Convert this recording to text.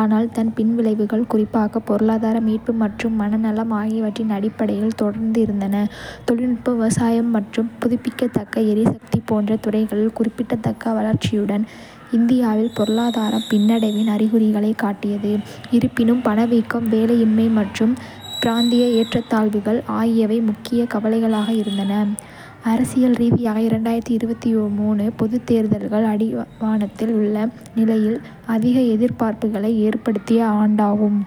ஆனால் அதன் பின்விளைவுகள், குறிப்பாக பொருளாதார மீட்பு மற்றும் மனநலம் ஆகியவற்றின் அடிப்படையில், தொடர்ந்து இருந்தன. தொழில்நுட்பம், விவசாயம் மற்றும் புதுப்பிக்கத்தக்க எரிசக்தி போன்ற துறைகளில் குறிப்பிடத்தக்க வளர்ச்சியுடன், இந்தியாவின் பொருளாதாரம் பின்னடைவின் அறிகுறிகளைக் காட்டியது. இருப்பினும், பணவீக்கம், வேலையின்மை மற்றும் பிராந்திய ஏற்றத்தாழ்வுகள் ஆகியவை முக்கிய கவலைகளாக இருந்தன. அரசியல் ரீதியாக, பொதுத் தேர்தல்கள் அடிவானத்தில் உள்ள நிலையில், அதிக எதிர்பார்ப்புகளை ஏற்படுத்திய ஆண்டாகும்.